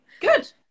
Good